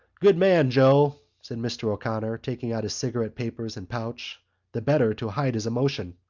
good man, joe! said mr. o'connor, taking out his cigarette papers and pouch the better to hide his emotion.